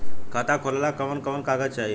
खाता खोलेला कवन कवन कागज चाहीं?